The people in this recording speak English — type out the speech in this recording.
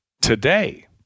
today